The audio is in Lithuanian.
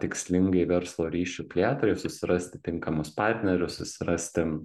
tikslingai verslo ryšių plėtrai susirasti tinkamus partnerius susirasti